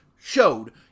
showed